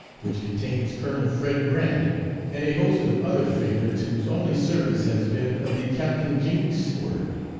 which contains colonel fred grant and a host of other favorites whose only service has been of the captain jinks order.